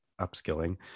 upskilling